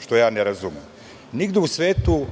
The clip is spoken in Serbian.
što ja ne razumem. Nigde u svetu,